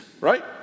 right